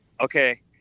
Okay